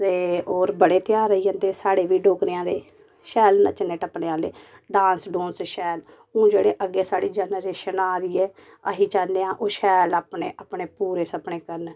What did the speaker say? ते होर बड़े ध्यार आई जंदे साढ़े बी डोगरेंआं दे शैल नच्चने टप्पने आह्ले डांस डूंस शैल हून जेह्ड़ी अग्गे साढ़ी जनरेशन आ दी ऐ अस चाह्न्ने आं ओह् शैल अपने अपने पूरे सपने करन